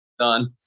done